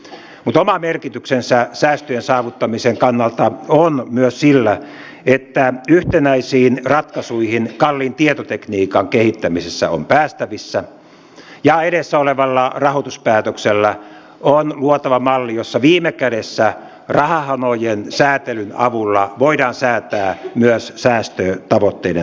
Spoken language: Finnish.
mutta oma merkityksensä säästöjen saavuttamisen kannalta on myös sillä että yhtenäisiin ratkaisuihin kalliin tietotekniikan kehittämisessä on päästävissä ja edessä olevalla rahoituspäätöksellä on luotava malli jossa viime kädessä rahahanojen säätelyn avulla voidaan säätää myös säästötavoitteiden saavuttamisesta